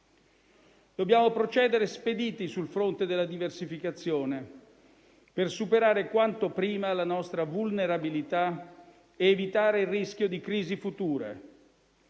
Dobbiamo procedere spediti sul fronte della diversificazione, per superare quanto prima la nostra vulnerabilità ed evitare il rischio di crisi future.